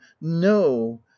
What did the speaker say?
no